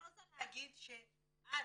אני רוצה להגיד שעד